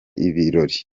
ibirori